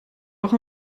auch